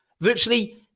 virtually